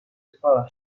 sekolah